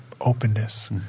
openness